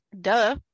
Duh